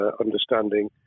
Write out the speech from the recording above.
understanding